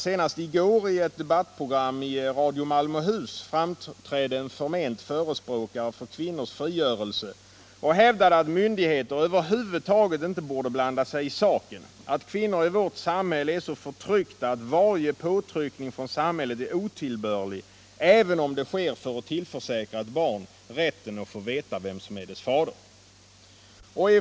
Senast i går i ett debattprogram i Radio Malmöhus framträdde en förment förespråkare för kvinnans frigörelse och hävdade att myndigheterna över huvud taget inte borde blanda sig i saken, att kvinnorna i vårt samhälle är så förtryckta att varje påtryckning från samhället är otillbörlig, även om den sker för att tillförsäkra ett barn rätten att få veta vem som är dess fader.